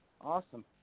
awesome